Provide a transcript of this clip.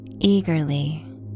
Eagerly